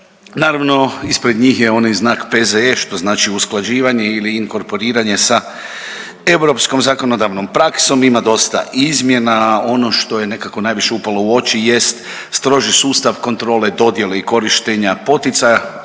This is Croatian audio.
naravno ispred njih je onaj znak P.Z.E. što znači usklađivanje ili inkorporiranje sa europskom zakonodavnom praksom. Ima dosta izmjena. Ono što je nekako najviše upalo u oči jest stroži sustav kontrole dodjele i korištenje poticaja,